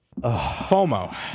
FOMO